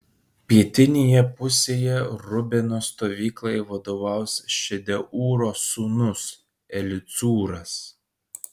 pietinėje pusėje rubeno stovyklai vadovaus šedeūro sūnus elicūras